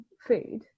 food